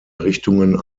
richtungen